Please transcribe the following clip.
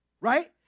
right